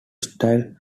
style